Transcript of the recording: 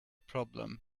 problem